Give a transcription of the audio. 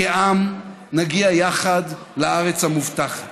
כעם, אנחנו נגיע יחד לארץ המובטחת.